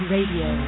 Radio